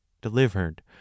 delivered